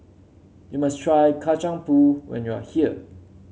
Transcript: you must try Kacang Pool when you are here